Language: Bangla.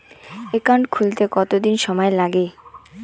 একাউন্ট খুলতে কতদিন সময় লাগে?